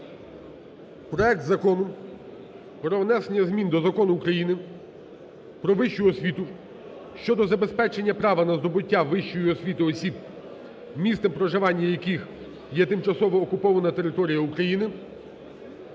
проект Закону про внесення змін до Закону України "Про вищу освіту" щодо забезпечення права на здобуття вищої освіти осіб, місцем проживання яких є тимчасово окупована територія України